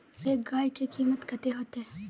एक गाय के कीमत कते होते?